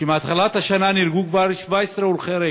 כשמתחילת השנה כבר נהרגו 17 הולכי רגל.